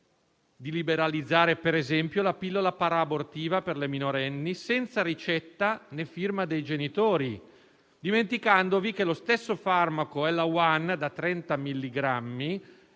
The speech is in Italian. di liberalizzare la pillola para-abortiva per le minorenni, senza obbligo di ricetta, né firma dei genitori, dimenticandovi che lo stesso farmaco EllaOne da 30 milligrammi